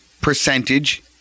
percentage